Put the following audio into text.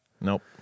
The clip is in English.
Nope